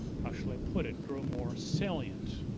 how shall i put it? grow more salient,